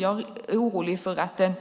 Jag är orolig för att den